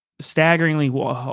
staggeringly